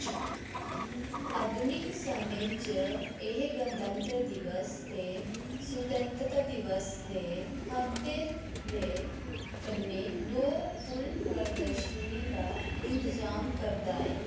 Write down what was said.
आधुनिक समें च एह् गणतंत्र दिवस ते सुतैंत्रता दिवस दे हफ्ते दे कन्नै दो फुल्ल प्रदर्शनियें दा इंतजाम करदा ऐ